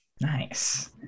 Nice